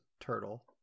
turtle